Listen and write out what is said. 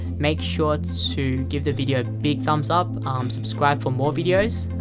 make sure to give the video a big thumbs up um subscribe for more videos,